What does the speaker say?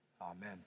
Amen